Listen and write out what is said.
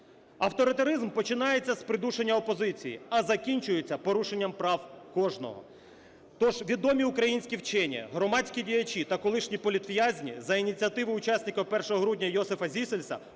Авторитаризм починається з придушення опозиції, а закінчується порушенням прав кожного. То ж відомі українські вчені, громадські діячі та колишні політв'язні за ініціативи учасника "Першого грудня" Йосифа Зісельса